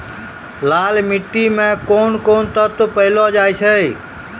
लाल मिट्टी मे कोंन कोंन तत्व पैलो जाय छै?